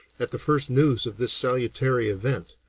at the first news of this salutary event,